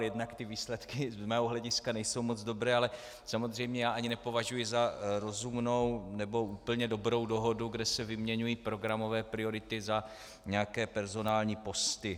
Jednak ty výsledky z mého hlediska nejsou moc dobré, ale samozřejmě já ani nepovažuji za rozumnou nebo úplně dobrou dohodu, kde se vyměňují programové priority za nějaké personální posty.